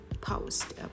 post